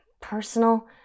personal